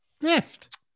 left